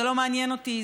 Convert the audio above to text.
זה לא מעניין אותי,